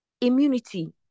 immunity